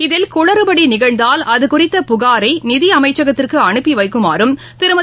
இதில் குளுறபடி நிகழ்ந்தால் அது குறித்த புகாரை நிதி அமைச்சகத்துக்கு அனுப்பி வைக்குமாறும் திருமதி